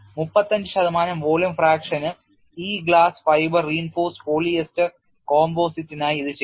35 ശതമാനം volume fraction ന് ഇ glass fibre reinforced polyester composite നായി ഇത് ചെയ്തു